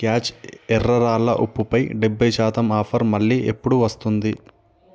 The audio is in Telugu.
క్యాచ్ ఎర్ర రాళ్ళ ఉప్పుపై డెబ్భై శాతం ఆఫర్ మళ్ళీ ఎప్పుడు వస్తుంది